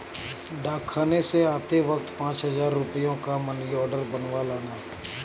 डाकखाने से आते वक्त पाँच हजार रुपयों का मनी आर्डर बनवा लाना